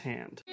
Hand